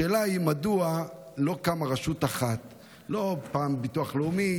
השאלה היא מדוע לא קמה רשות אחת ולא שוב ביטוח לאומי,